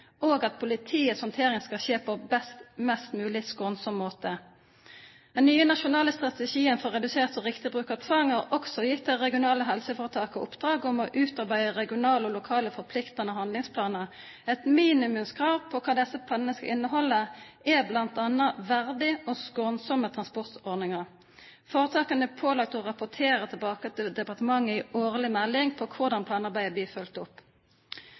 og at politiets håndtering skal skje på en mest mulig skånsom måte. Den nye nasjonale strategien for redusert og riktig bruk av tvang har også gitt de regionale helseforetakene i oppdrag å utarbeide regionale og lokale forpliktende handlingsplaner. Et minimumskrav til hva disse planene skal innholde, er bl.a. verdige og skånsomme transportordninger. Foretakene er pålagt å rapportere tilbake til departementet i en årlig melding om hvordan planarbeidet blir fulgt opp.